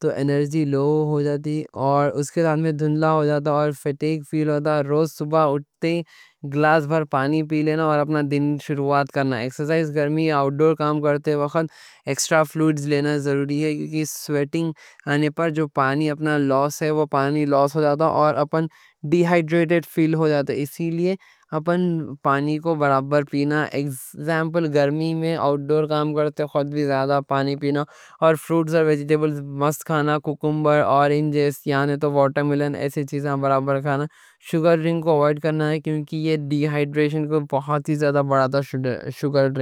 تو انرجی لو ہو جاتی، اور ساتھ میں دھندلا ہو جاتا اور فٹیگ فیل ہوتا۔ روز صبح اٹھتے گلاس بھر پانی پی لینا، اپنا دن شروعات کرنا۔ ایکسرسائز، گرمی، آؤٹ ڈور کام کرتے وقت ایکسٹرا فلوئڈز لینا ضروری ہے، کیونکہ سویٹنگ آنے پر جو پانی اپنا لوس ہے وہ پانی لوس ہو جاتا اور اپن ڈی ہائیڈریٹڈ فیل ہوتا۔ اسی لیے اپن پانی کو برابر پینا؛ ایگزامپل، گرمی میں آؤٹ ڈور کام کرتے خود بھی زیادہ پانی پینا، اور فروٹس اور ویجیٹیبلز مست کھانا۔ ککمبر اور اورنجز، یعنی واٹر میلن، ایسی چیزیں برابر کھانا۔ شوگر ڈرنک کو اوائڈ کرنا ہے کیونکہ یہ ڈی ہائیڈریشن کو بہت زیادہ بڑھاتا۔